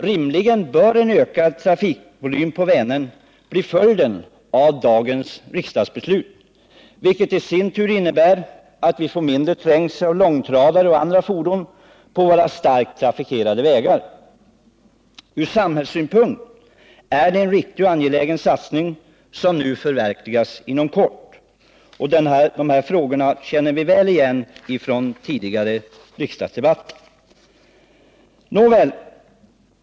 Rimligen bör en ökad trafikvolym på Vänern bli följden av dagens riksdagsbeslut, vilket i sin tur innebär att vi får mindre trängsel av långtradare och andra fordon på våra starkt trafikerade vägar. Från samhällssynpunkt är det en riktig och angelägen satsning som nu förverkligas inom kort. Dessa frågor känner vi väl igen från tidigare riksdagsdebatter.